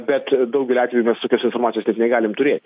bet daugeliu atveju mes tokios informacijos net negalim turėt